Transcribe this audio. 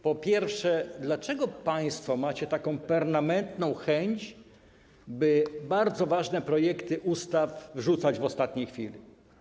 Po pierwsze, dlaczego państwo macie taką permanentną chęć, by bardzo ważne projekty ustaw wrzucać w ostatniej chwili?